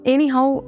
Anyhow